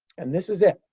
and this is it.